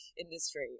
industry